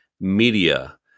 media